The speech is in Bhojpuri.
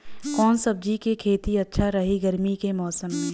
कवना सब्जी के खेती अच्छा रही गर्मी के मौसम में?